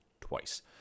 twice